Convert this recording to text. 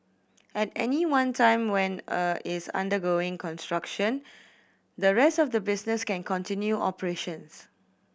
at any one time when a is undergoing construction the rest of the business can continue operations